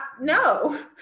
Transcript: No